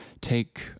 take